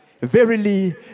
Verily